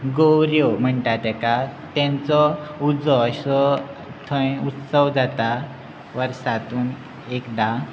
गौ्यो म्हणटा ताका तांचो उजो अशो थंय उत्सव जाता वर्सातून एकदां